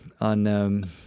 On